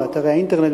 באתרי האינטרנט,